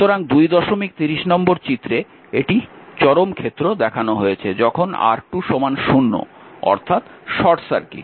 সুতরাং 230 নম্বর চিত্রে এটি চরম ক্ষেত্র দেখানো হয়েছে যখন R2 0 অর্থাৎ শর্ট সার্কিট